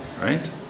right